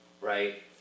right